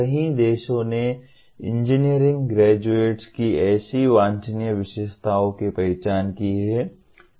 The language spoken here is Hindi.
कई देशों ने इंजीनियरिंग ग्रेजुएट्स की ऐसी वांछनीय विशेषताओं की पहचान की है